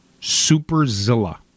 Superzilla